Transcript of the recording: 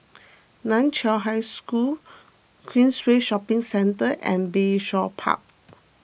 Nan Chiau High School Queensway Shopping Centre and Bayshore Park